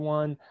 one